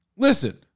Listen